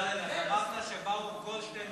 אמרת יום שישי.